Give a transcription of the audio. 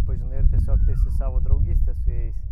susipažinai ir tiesiog tęsi savo draugystę su jais